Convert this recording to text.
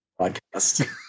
podcast